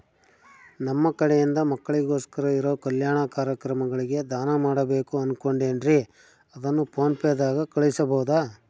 ನಮ್ಮ ಕಡೆಯಿಂದ ಮಕ್ಕಳಿಗೋಸ್ಕರ ಇರೋ ಕಲ್ಯಾಣ ಕಾರ್ಯಕ್ರಮಗಳಿಗೆ ದಾನ ಮಾಡಬೇಕು ಅನುಕೊಂಡಿನ್ರೇ ಅದನ್ನು ಪೋನ್ ಪೇ ದಾಗ ಕಳುಹಿಸಬಹುದಾ?